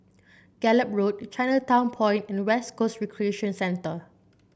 Gallop Road Chinatown Point and West Coast Recreation Centre